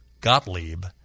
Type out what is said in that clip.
Gottlieb